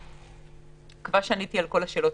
אני מקווה שעניתי על כל השאלות.